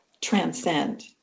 transcend